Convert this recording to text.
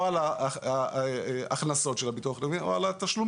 או על ההכנסות של הביטוח הלאומי או על התשלומים.